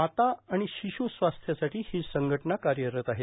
माता आणि शिशू स्वास्थासाठी ही संघटना कार्यरत आहे